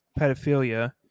pedophilia